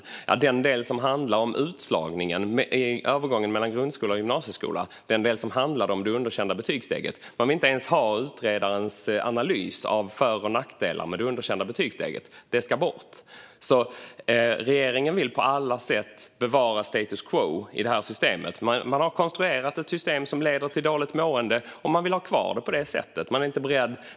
När det gäller den del som handlar om utslagningen i övergången mellan grundskola och gymnasieskola och den del som handlar om betygssteget underkänt vill man inte ens ha utredarens analys av för och nackdelar. Det ska bort. Regeringen vill på alla sätt bevara status quo i detta system. Man har konstruerat ett system som leder till dåligt mående, och man vill ha kvar det på det sättet.